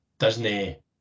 Disney